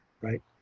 right